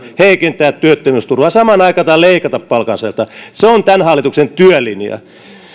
heikentää työttömyysturvaa eli samalla lailla leikata palkansaajilta se on tämän hallituksen työlinja